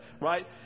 right